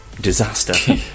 disaster